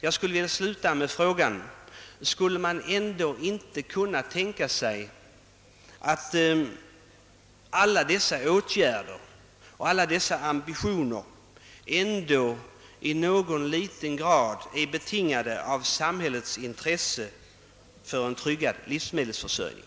Jag skulle vilja sluta med frågan: Skulle man ändå inte kunna tänka sig att alla dessa åtgärder i någon liten grad är betingade av samhällets eget intresse för en tryggad livsmedelsförsörjning?